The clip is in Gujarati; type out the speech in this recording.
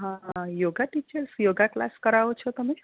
હા યોગા ટીચર્સ યોગા કલાસ કરાવો છો તમે